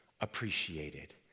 Appreciated